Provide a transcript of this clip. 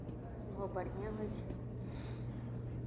ओहो बढ़िआँ होइ छै